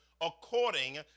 according